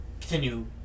continue